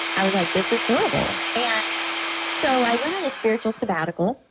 i was like, this is horrible. and so, i went on a spiritual sabbatical,